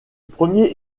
premier